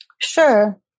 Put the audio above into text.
Sure